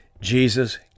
Jesus